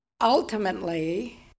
ultimately